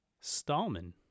Stallman